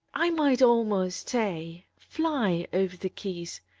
i might almost say fly, over the keys.